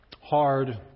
hard